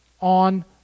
on